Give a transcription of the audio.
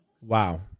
Wow